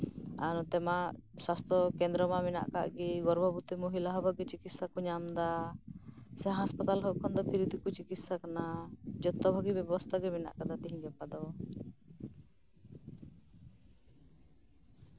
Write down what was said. ᱟᱨ ᱱᱚᱛᱮ ᱢᱟ ᱥᱟᱥᱛᱷᱚ ᱠᱮᱱᱫᱨᱚ ᱢᱟ ᱢᱮᱱᱟᱜ ᱠᱟᱫ ᱜᱮ ᱜᱚᱨᱵᱷᱚᱵᱚᱛᱤ ᱢᱚᱦᱤᱞᱟ ᱦᱚᱸ ᱵᱷᱟᱹᱜᱤ ᱪᱤᱠᱤᱛᱥᱟ ᱠᱚ ᱧᱟᱢ ᱫᱟ ᱥᱮ ᱦᱟᱸᱥᱯᱟᱛᱟᱞ ᱠᱷᱚᱱ ᱫᱚ ᱯᱷᱨᱤ ᱛᱮᱠᱚ ᱪᱤᱠᱤᱛᱥᱟ ᱠᱟᱱᱟ ᱡᱚᱛᱚ ᱵᱷᱟᱹᱜᱤ ᱵᱮᱵᱚᱥᱛᱷᱟ ᱜᱮ ᱢᱮᱱᱟᱜ ᱠᱟᱫᱟ ᱛᱤᱦᱤᱧ ᱜᱟᱯᱟ ᱫᱚ